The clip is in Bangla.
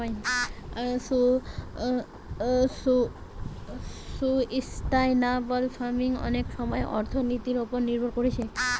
সুস্টাইনাবল ফার্মিং অনেক সময় অর্থনীতির উপর নির্ভর কোরছে